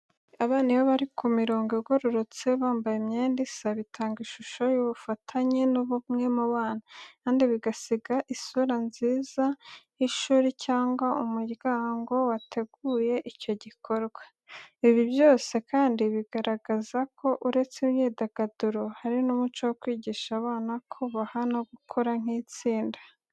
Abana iyo bari ku mirongo igororotse bambaye imyenda isa, bitanga ishusho y’ubufatanye n'ubumwe mu bana, kandi bigasiga isura nziza y'ishuri cyangwa umuryango wateguye icyo gikorwa. Ibi byose kandi bigaragaza ko uretse imyidagaduro, hari n'umuco wo kwigisha abana kubaha no gukora nk'itsinda.